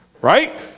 Right